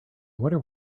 wonder